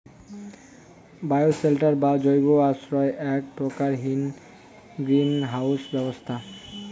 bioshelter বা জৈব আশ্রয় এ্যাক প্রকার গ্রীন হাউস ব্যবস্থা